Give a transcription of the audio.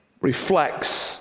reflects